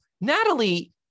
Natalie